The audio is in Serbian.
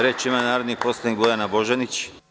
Reč ima narodni poslanik Bojana Božanić.